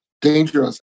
dangerous